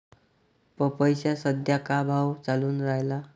पपईचा सद्या का भाव चालून रायला?